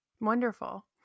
Wonderful